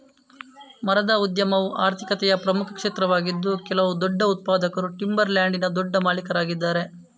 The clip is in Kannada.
ಮರದ ಉದ್ಯಮವು ಆರ್ಥಿಕತೆಯ ಪ್ರಮುಖ ಕ್ಷೇತ್ರವಾಗಿದ್ದು ಕೆಲವು ದೊಡ್ಡ ಉತ್ಪಾದಕರು ಟಿಂಬರ್ ಲ್ಯಾಂಡಿನ ದೊಡ್ಡ ಮಾಲೀಕರಾಗಿದ್ದಾರೆ